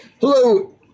Hello